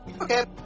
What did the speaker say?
Okay